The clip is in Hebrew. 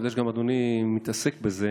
ואני יודע שגם אדוני מתעסק בזה.